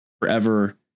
forever